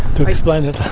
to explain it. i've